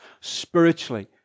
spiritually